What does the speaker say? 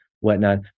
whatnot